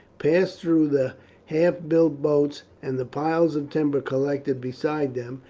passed through the half built boats and the piles of timber collected beside them,